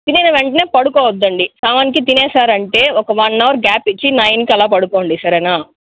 తినిన వెంటనే పడుకోవద్దండి సెవెన్కి తినేసారు అంటే ఒక వన్ అవర్ గ్యాప్ ఇచ్చి నైన్కి అలా పడుకోండి సరేనా